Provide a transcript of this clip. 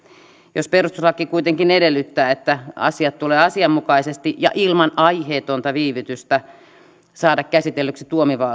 jos perustuslaki kuitenkin edellyttää että asiat tulee asianmukaisesti ja ilman aiheetonta viivytystä saada käsitellyksi